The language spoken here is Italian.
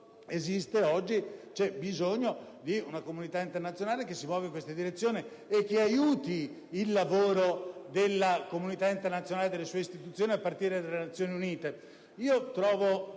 e oggi c'è bisogno di una comunità internazionale che si muova in questa direzione e che aiuti il lavoro delle sue stesse istituzioni, a partire dalle Nazioni Unite.